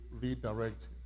redirect